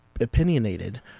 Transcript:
opinionated